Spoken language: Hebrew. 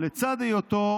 לצד היותו